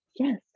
Yes